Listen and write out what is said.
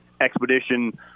Expedition